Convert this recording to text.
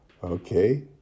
Okay